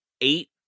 eight